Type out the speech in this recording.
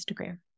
Instagram